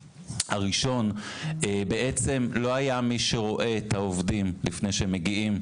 הראשון הוא שבעצם לא היה מי שרואה את העובדים לפני שהם מגיעים.